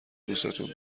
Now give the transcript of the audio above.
دوستون